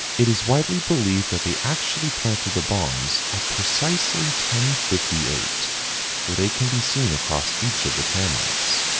it is widely believed that they actually planted the bombs at precisely ten fifty eight where they can be seen across each of the cameras.